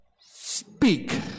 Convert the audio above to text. Speak